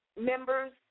members